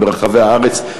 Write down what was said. וברחבי הארץ,